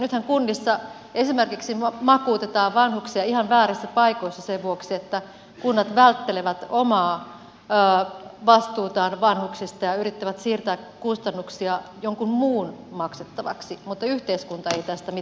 nythän kunnissa esimerkiksi makuutetaan vanhuksia ihan väärissä paikoissa sen vuoksi että kunnat välttelevät omaa vastuutaan vanhuksista ja yrittävät siirtää kustannuksia jonkun muun maksettavaksi mutta yhteiskunta ei tästä mitenkään hyödy